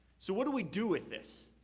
so what do we do with this?